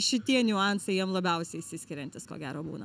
šitie niuansai jiem labiausiai išsiskiriantys ko gero būna